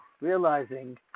realizing